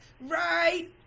right